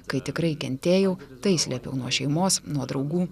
kai tikrai kentėjau tai slėpiau nuo šeimos nuo draugų